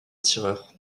tireur